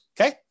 okay